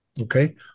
Okay